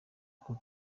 utwo